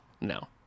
no